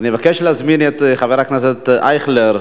אני מבקש להזמין את חבר הכנסת ישראל אייכלר,